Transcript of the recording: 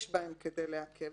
"יש בהם כדי לעכב",